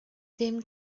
ddim